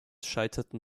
scheiterten